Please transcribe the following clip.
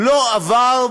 לא עברה